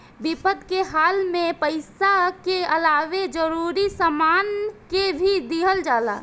विपद के हाल में पइसा के अलावे जरूरी सामान के भी दिहल जाला